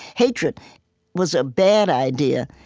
hatred was a bad idea,